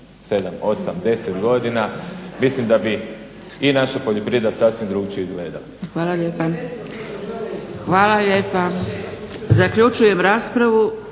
7,8,10 godina mislim da bi i naša poljoprivreda sasvim drugačije izgledala. **Zgrebec, Dragica (SDP)** Hvala lijepa. Zaključujem raspravu.